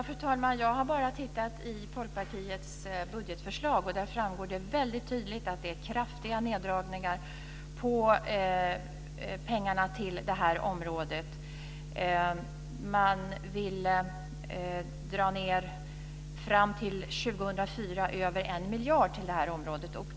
Fru talman! Jag har bara läst Folkpartiets budgetförslag, och där framgår det väldigt tydligt att det görs kraftiga neddragningar på pengarna till det här området. Man vill dra ned med över 1 miljard fram till 2004.